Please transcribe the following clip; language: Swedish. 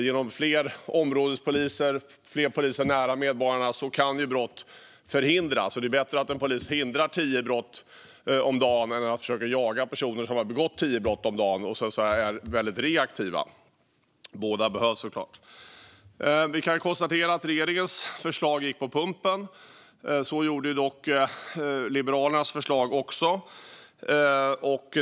Genom fler områdespoliser och fler poliser nära medborgarna kan brott förhindras, och det är bättre att en polis är väldigt reaktiv och hindrar tio brott om dagen än försöker jaga personer som har begått tio brott om dagen. Båda behövs såklart. Vi kan konstatera att regeringens förslag gick på pumpen. Det gjorde Liberalernas förslag också.